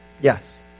Yes